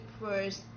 first